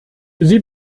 sie